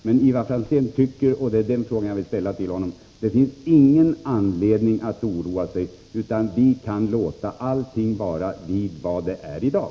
Den fråga jag vill ställa är om Ivar Franzén tycker att det inte finns någon anledning att oroa sig, utan vi kan låta allt vara vid vad det är i dag.